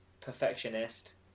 perfectionist